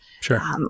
Sure